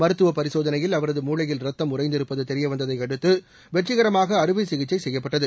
மருத்துவ பரிசோதனையில் அவரது மூளையில் ரத்த உறைந்திருப்பது தெரியவந்ததை அடுத்து வெற்றிகரமாக அறுவை சிகிச்சை செய்யப்பட்டது